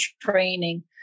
training